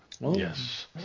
yes